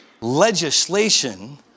legislation